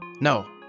No